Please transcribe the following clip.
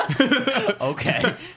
Okay